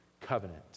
covenant